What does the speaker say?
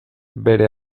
bere